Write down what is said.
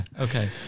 Okay